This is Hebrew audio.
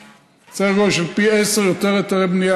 סדר גודל של פי 10 יותר היתרי בנייה